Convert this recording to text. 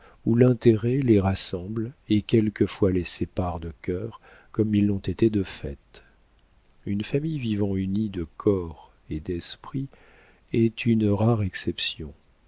où l'intérêt les rassemble et quelquefois les sépare de cœur comme ils l'ont été de fait une famille vivant unie de corps et d'esprit est une rare exception